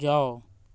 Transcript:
जाउ